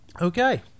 Okay